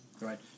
right